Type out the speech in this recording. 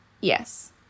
Yes